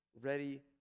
ready